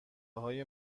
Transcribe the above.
های